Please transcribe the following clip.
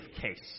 case